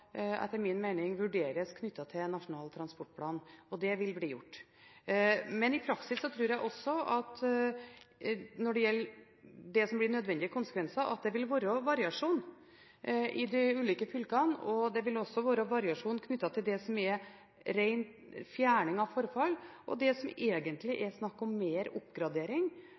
vurderes i tilknytning til Nasjonal transportplan. Det vil bli gjort. Men i praksis tror jeg også at det vil være variasjon i det som blir nødvendige konsekvenser, i de ulike fylkene. Det også vil være variasjon knyttet til det som er ren fjerning av forfall, det som egentlig dreier seg mer om oppgradering,